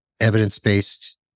evidence-based